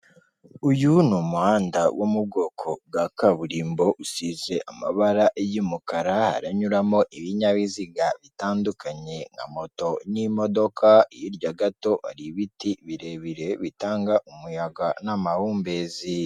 Uyu ni umuhanda wo mu bwoko bwa kaburimbo usize amabara y'umukara haranyuramo ibinyabiziga bitandukanye nka moto n'imodoka hirya gato hari ibiti birebire bitanga umuyaga n'amahumbezi.